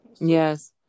Yes